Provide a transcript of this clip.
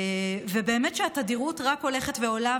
באמת התדירות רק הולכת ועולה,